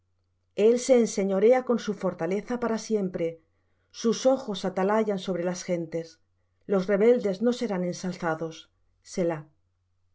el se enseñorea con su fortaleza para siempre sus ojos atalayan sobre las gentes los rebeldes no serán ensalzados